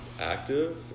active